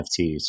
NFTs